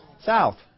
south